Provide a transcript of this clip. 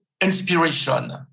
inspiration